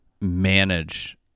manage